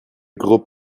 groupe